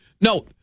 No